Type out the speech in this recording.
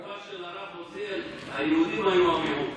בתקופה של הרב עוזיאל היהודים היו המיעוט.